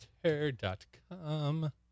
Twitter.com